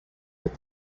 with